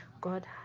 god